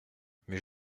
mais